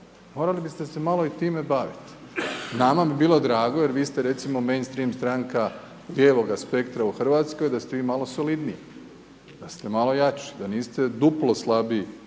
Morali biste se malo i time baviti. Nama bi bilo drago, jer vi ste recimo mainstream stranka lijevoga spektra u Hrvatskoj, da ste vi malo solidniji, da ste malo jači, da niste duplo slabiji